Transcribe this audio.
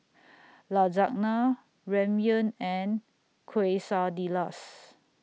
Lasagna Ramyeon and Quesadillas